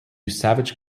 savage